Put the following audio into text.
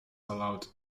allowed